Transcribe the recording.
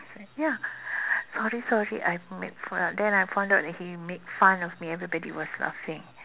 ya sorry sorry I've made fun then I found that he made fun of me everybody was laughing